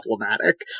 problematic